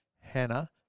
Hannah